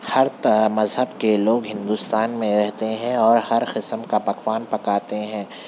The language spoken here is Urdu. ہر تا مذہب کے لوگ ہندوستان میں رہتے ہیں اور ہر قسم کا پکوان پکاتے ہیں